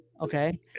Okay